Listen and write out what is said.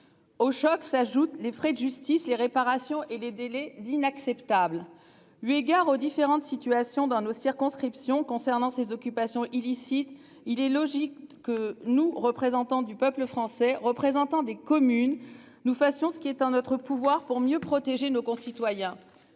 Au choc s'ajoutent les frais de justice les réparations et les délais d'inacceptable eu égard aux différentes situations dans nos circonscriptions concernant ces occupations illicites. Il est logique que nous, représentants du peuple français représentant des communes, nous fassions ce qui est en notre pouvoir pour mieux protéger nos concitoyens.